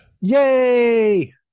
yay